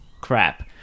crap